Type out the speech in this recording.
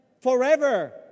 forever